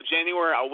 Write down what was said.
January